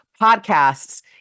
podcasts